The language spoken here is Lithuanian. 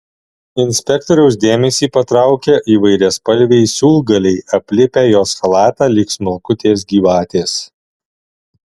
inspektoriaus dėmesį patraukia įvairiaspalviai siūlgaliai aplipę jos chalatą lyg smulkutės gyvatės